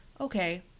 okay